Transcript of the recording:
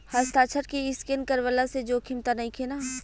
हस्ताक्षर के स्केन करवला से जोखिम त नइखे न?